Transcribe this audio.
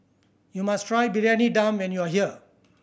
you must try Briyani Dum when you are here